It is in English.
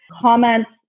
comments